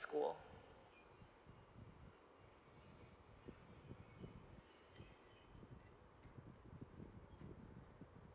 school